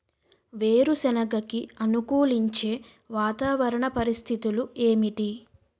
వేరుసెనగ కి అనుకూలించే వాతావరణ పరిస్థితులు ఏమిటి?